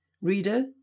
Reader